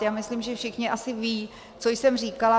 Já myslím, že všichni asi vědí, co jsem říkala.